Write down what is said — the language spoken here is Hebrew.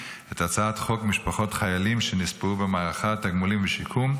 את הצעת חוק משפחות חיילים שנספו במערכה (תגמולים ושיקום)